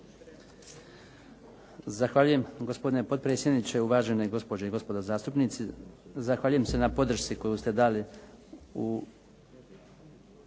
Zahvaljujem gospodine potpredsjedniče, uvažene gospođe i gospodo zastupnici. Zahvaljujem se na podršci koju ste dali u